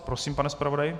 Prosím, pane zpravodaji?